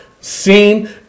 seen